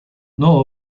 nor